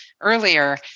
earlier